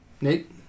Nate